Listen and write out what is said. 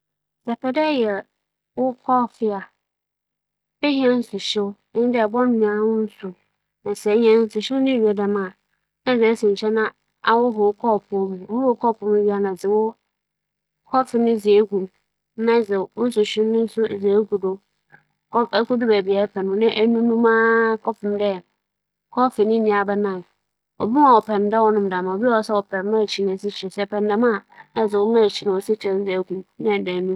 Sɛ epɛ dɛ eyɛ "ͻoffee" a, odzi kan edze nsu besi gya do ma adͻ. Nsu no dͻ a nna ehue egu kͻͻpow mu. Ehue gu kͻͻpow mu a, nna "ͻoffee" a wͻanyam no ehue egu nsuhyew na edze egu kͻͻpow mu. Na ͻgye kakra a, ibotum dze esi hͻ na adwe, ͻdwe a nna anom.